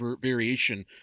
variation